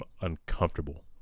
uncomfortable